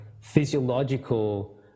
physiological